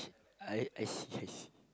I I see I see